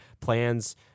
plans